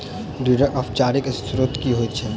ऋणक औपचारिक स्त्रोत की होइत छैक?